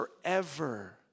forever